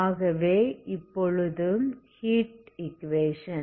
ஆகவே இப்பொழுது heat equation